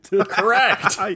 Correct